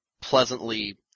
pleasantly